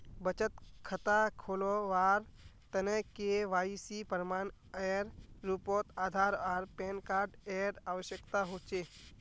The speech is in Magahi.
बचत खता खोलावार तने के.वाइ.सी प्रमाण एर रूपोत आधार आर पैन कार्ड एर आवश्यकता होचे